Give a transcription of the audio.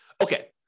Okay